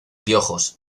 piojos